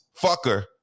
fucker